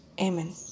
Amen